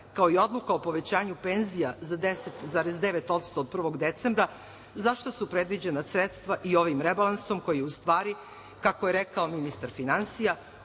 kao i odluka o povećanju penzija za 10,9% od 1. decembra zašta su predviđena sredstva i ovim rebalansom koji je u stvari kako je rekao ministar finansija